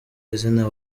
izina